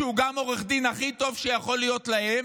שהוא גם עורך הדין הכי טוב שיכול להיות להם,